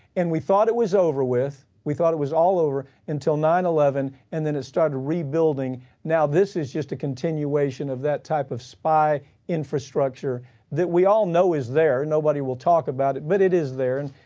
and we thought it was over with. we thought it was all over until nine eleven and then it started rebuilding. now this is just a continuation of that type of spy infrastructure that we all know is there and nobody will talk about it, but it is there and,